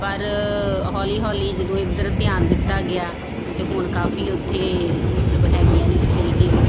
ਪਰ ਹੌਲੀ ਹੌਲੀ ਜਦੋਂ ਇੱਧਰ ਧਿਆਨ ਦਿੱਤਾ ਗਿਆ ਤਾਂ ਹੁਣ ਕਾਫ਼ੀ ਉੱਥੇ ਮਤਲਬ ਹੈਗੀਆਂ ਨੇ ਫੈਸਿਲਿਟੀਜ਼